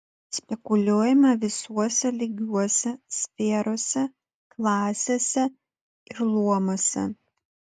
spekuliuojame visuose lygiuose sferose klasėse ir luomuose